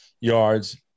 yards